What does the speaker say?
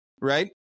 right